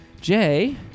Jay